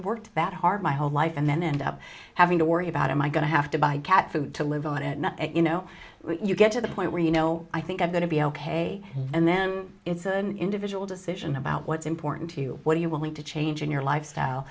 work that hard my whole life and then end up having to worry about am i going to have to buy cat food to live on it you know you get to the point where you know i think i'm going to be ok and then it's an individual decision about what's important to you what are you willing to change in your lifestyle